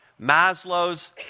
Maslow's